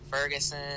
Ferguson